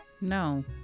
No